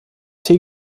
tee